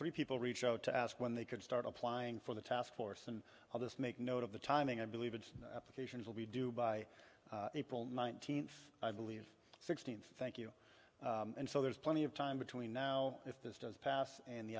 three people reach out to ask when they could start applying for the task force and all this make note of the timing i believe it occasions will be due by april nineteenth i believe sixteen thank you and so there's plenty of time between now if this does pass and the